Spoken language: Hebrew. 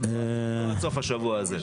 עד סוף השבוע הזה.